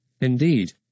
Indeed